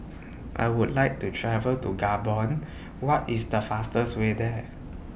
I Would like to travel to Gabon What IS The fastest Way There